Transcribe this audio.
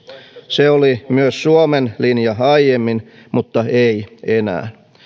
se oli myös suomen linja aiemmin mutta ei enää